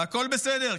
והכול בסדר,